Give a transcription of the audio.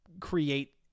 create